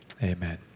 Amen